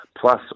plus